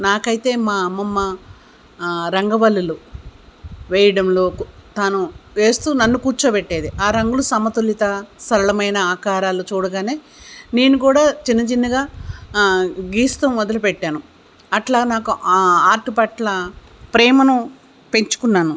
నాకు అయితే మా అమ్మమ్మ రంగవల్లులు వేయడంలో తాను వేస్తు నన్ను కూర్చోబెట్టేది ఆ రంగులు సమతులిత సరళమైన ఆకారాలు చూడగానే నేను కూడా చిన్న చిన్నగా గీస్తు మొదలుపెట్టాను అట్లా నాకు ఆర్ట్ పట్ల ప్రేమను పెంచుకున్నాను